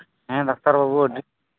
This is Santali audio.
ᱦᱮᱸ ᱰᱟᱠᱛᱟᱨ ᱵᱟᱹᱵᱩ ᱟᱹᱰᱤ